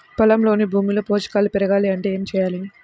పొలంలోని భూమిలో పోషకాలు పెరగాలి అంటే ఏం చేయాలి?